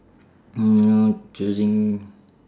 uh choosing